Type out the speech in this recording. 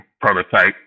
prototype